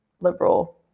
liberal